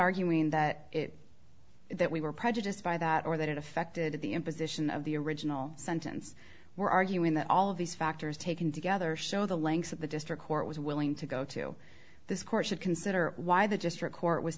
arguing that that we were prejudiced by that or that it affected the imposition of the original sentence we're arguing that all of these factors taken together show the lengths of the district court was willing to go to this court should consider why the district court was